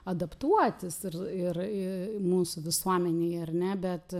adaptuotis ir ir mūsų visuomenėj ar ne bet